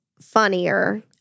funnier